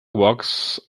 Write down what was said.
walks